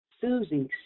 Susie